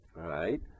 right